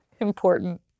important